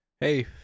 Hey